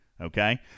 okay